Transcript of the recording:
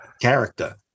character